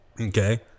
Okay